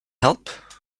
help